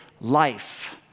life